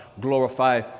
glorify